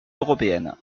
européenne